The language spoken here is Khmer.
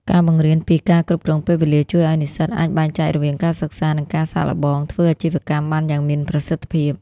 ការបង្រៀនពី "ការគ្រប់គ្រងពេលវេលា" ជួយឱ្យនិស្សិតអាចបែងចែករវាងការសិក្សា និងការសាកល្បងធ្វើអាជីវកម្មបានយ៉ាងមានប្រសិទ្ធភាព។